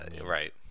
Right